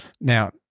now